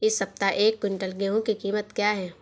इस सप्ताह एक क्विंटल गेहूँ की कीमत क्या है?